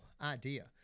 idea